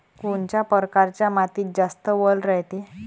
कोनच्या परकारच्या मातीत जास्त वल रायते?